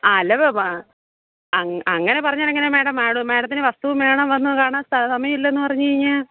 ആ അല്ലെ വ അങ്ങനെ പറഞ്ഞാൽ എങ്ങനെയാണ് മേടം മേടത്തിന് വസ്തുവും വേണം വന്ന് കാണാന് സമയം ഇല്ലായെന്ന് പറഞ്ഞ് കഴിഞ്ഞാൽ